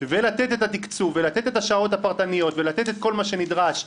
ולתת את התקצוב ולתת את השעות הפרטניות ולתת את כל מה שנדרש,